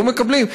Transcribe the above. לא מקבלים,